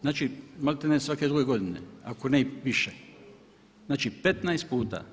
Znači malte ne svake druge godine, ako ne i više, znači 15 puta.